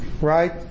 right